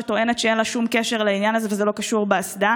שטוענת שאין לה שום קשר לעניין הזה וזה לא קשור באסדה,